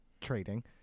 trading